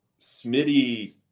Smitty